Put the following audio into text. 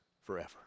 forever